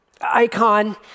Icon